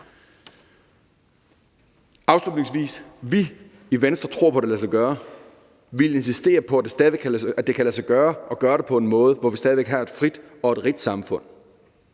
Afslutningsvis: Vi i Venstre tror på, at det kan lade sig gøre. Vi vil insistere på, at det kan lade sig gøre at gøre det på en måde, hvor vi stadig væk har et frit og et rigt samfund.